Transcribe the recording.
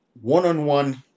one-on-one